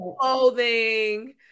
clothing